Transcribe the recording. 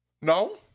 No